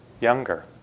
younger